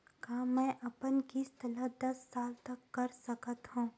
का मैं अपन किस्त ला दस साल तक कर सकत हव?